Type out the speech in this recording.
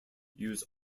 use